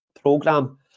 program